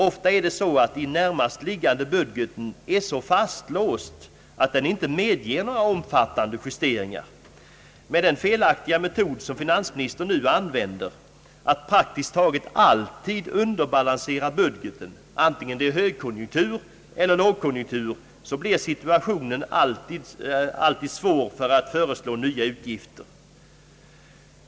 Ofta är det så att den närmast liggande budgeten är så fastlåst, att den inte medger några omfattande justeringar. Med den felaktiga metod som finansministern nu använder att praktiskt taget alltid underbalansera budgeten, antingen det är högkonjunktur eller lågkonjunktur, så blir situationen alltid svår för att föreslå nya utgifter.